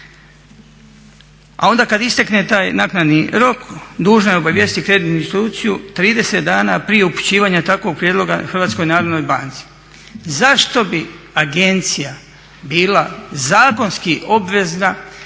A onda kad istekne taj naknadni rok dužna je obavijestiti kreditnu instituciju 30 dana prije upućivanja takvog prijedloga Hrvatskoj narodnoj banci. Zašto bi agencija bila zakonski obvezna